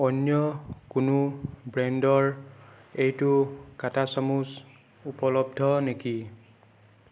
অন্য কোনো ব্ৰেণ্ডৰ এইটো কাটা চামুচ উপলব্ধ নেকি